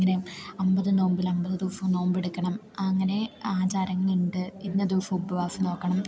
ഇങ്ങനെ അമ്പത് നോമ്പിൽ അമ്പത് ദിവസവും നോമ്പെടുക്കണം അങ്ങനെ ആചാരങ്ങളുണ്ട് ഇന്ന ദിവസം ഉപവാസം നോല്ക്കണം